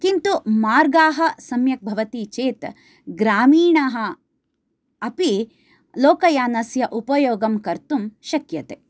किन्तु मार्गाः सम्यक् भवति चेत् ग्रामीणाः अपि लोकयानस्य उपयोगं कर्तुं शक्यते